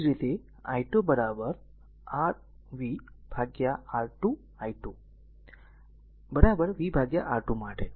એ જ રીતે i2 i2 r v r v R2 i2 v R2 માટે